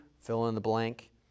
fill-in-the-blank